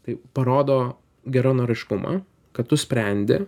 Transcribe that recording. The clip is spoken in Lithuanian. tai parodo geranoriškumą kad tu sprendi